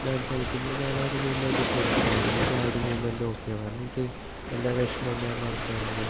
dance കളിക്കുമ്പോൾ ഞാനാ ഒരു മൊമെൻറ്റ് ചെറിഷ് എനിക്കാ ഒരു മൊമെൻറ്റ് ഓക്കേ ആകാറുണ്ട് എനിക്ക് എൻ്റെ വിഷമം ഞാൻ മറക്കാറുണ്ട്